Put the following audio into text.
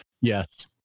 yes